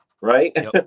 right